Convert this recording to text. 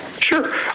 Sure